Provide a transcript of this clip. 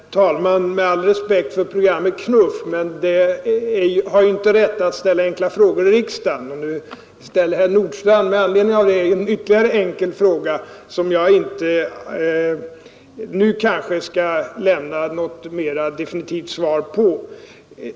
Herr talman! Med all respekt för programmet Knuff vill jag säga att det inte har rätt att ställa enkla frågor i riksdagen. Men nu ställer herr Nordstrandh med anledning av det programmet ytterligare en enkel fråga, som jag kanske inte nu skall lämna något mera definitivt svar på.